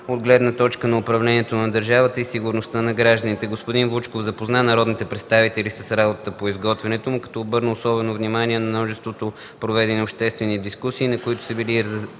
от гледна точка на управлението на държавата и сигурността на гражданите. Господин Вучков запозна народните представители с работата по изготвянето му, като обърна особено внимание на множеството обществени дискусии, на които са били изразени